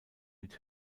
mit